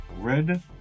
Red